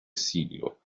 siglo